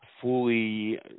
fully